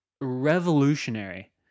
revolutionary